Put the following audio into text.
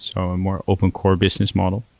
so a more open core business model.